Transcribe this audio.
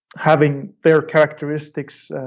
having their characteristics.